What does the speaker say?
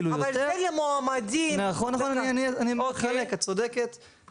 כי אני גם כן שומעת על זה הרבה מאוד ביורוקרטיה.